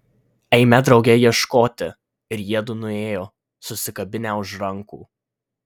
eime drauge ieškoti ir jiedu nuėjo susikabinę už rankų